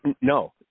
No